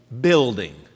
building